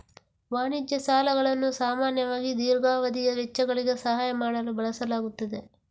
ವಾಣಿಜ್ಯ ಸಾಲಗಳನ್ನು ಸಾಮಾನ್ಯವಾಗಿ ದೀರ್ಘಾವಧಿಯ ವೆಚ್ಚಗಳಿಗೆ ಸಹಾಯ ಮಾಡಲು ಬಳಸಲಾಗುತ್ತದೆ